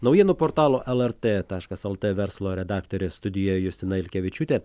naujienų portalo lrt taškas lt verslo redaktorė studijoje justina ilkevičiūtė